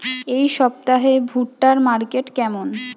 এই সপ্তাহে ভুট্টার মার্কেট কেমন?